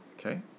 Okay